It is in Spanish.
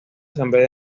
asamblea